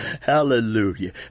hallelujah